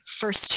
first